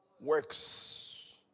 works